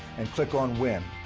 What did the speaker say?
and click on win.